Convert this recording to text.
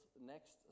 next